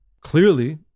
Clearly